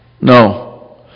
No